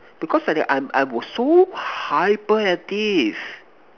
because when you I'm I'm was so hyper active